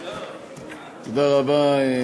תודה רבה,